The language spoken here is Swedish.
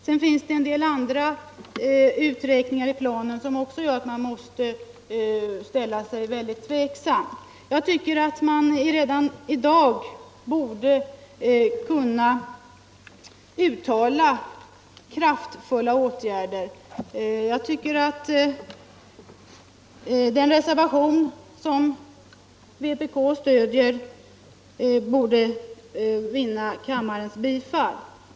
Vidare finns det en del andra beräkningssätt i planen som också gör att man måste ställa sig mycket tveksam. Jag tycker att man redan i dag borde kunna uttala sig för kraftfulla åtgärder på barnomsorgens område. Den reservation som vpk stöder borde vinna kammarens bifall.